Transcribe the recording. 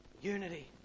Unity